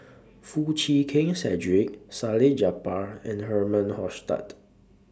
Foo Chee Keng Cedric Salleh Japar and Herman Hochstadt